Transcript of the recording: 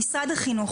משרד החינוך,